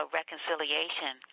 reconciliation